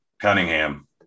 Cunningham